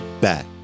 back